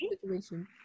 situation